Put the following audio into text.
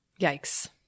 Yikes